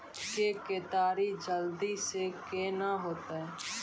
के केताड़ी जल्दी से के ना होते?